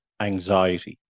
anxiety